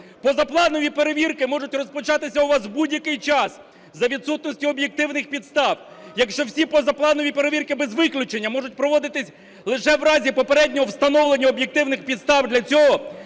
Позапланові перевірки можуть розпочатися у вас в будь-який час за відсутності об'єктивних підстав. Якщо всі позапланові перевірки без виключення можуть проводитись лише в разі попереднього встановлення об'єктивних підстав для цього,